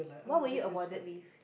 what were you awarded with